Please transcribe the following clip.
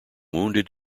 wounded